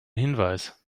hinweis